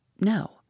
No